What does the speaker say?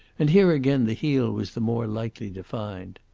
and here again the heel was the more lightly defined.